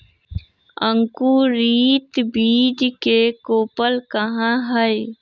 अंकुरित बीज के कोपल कहा हई